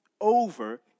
over